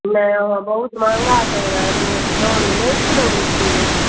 नहि ओ बहुत महंगा कहि रहलिए अत्ते दाम नहि छै रोहुके ये